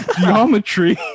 Geometry